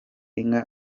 inka